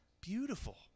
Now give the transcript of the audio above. Beautiful